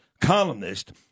columnist